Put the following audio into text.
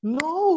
no